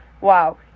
wow